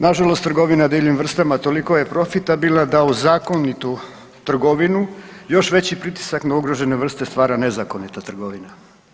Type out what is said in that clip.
Na žalost trgovina divljim vrstama toliko je profitabilna da u zakonitu trgovinu još veći pritisak na ugrožene vrste stvara nezakonita trgovina.